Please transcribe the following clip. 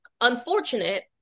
unfortunate